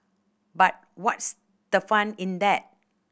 but what's the fun in that